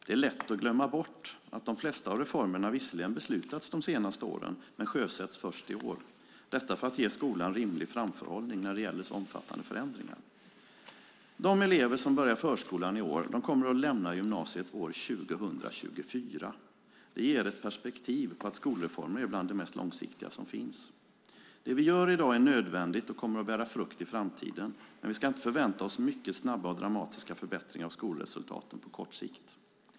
Det är lätt att glömma bort att de flesta av reformerna visserligen har beslutats de senaste åren men sjösätts först i år. Detta är för att ge skolan rimlig framförhållning när det gäller så omfattande förändringar. De elever som börjar förskolan i år kommer att lämna gymnasiet år 2024. Det ger ett perspektiv på att skolreformer är bland det mest långsiktiga som finns. Det vi gör i dag är nödvändigt och kommer att bära frukt i framtiden, men vi ska inte förvänta oss mycket snabba och dramatiska förbättringar av skolresultaten på kort sikt.